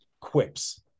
quips